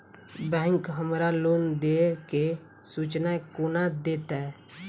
Bank हमरा loan देय केँ सूचना कोना देतय?